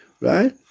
right